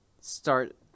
start